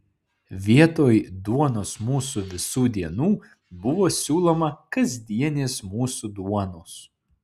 vietoj duonos mūsų visų dienų buvo siūloma kasdienės mūsų duonos